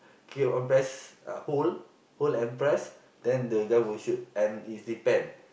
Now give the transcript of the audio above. keep on press uh hold hold and press then the guy will shoot and is depend